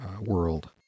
world